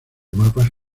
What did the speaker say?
mapas